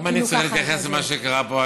למה אני צריך להתייחס למה שקרה פה?